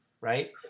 right